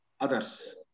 others